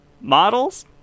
Models